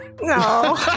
No